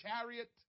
chariot